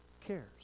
cares